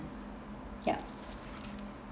yup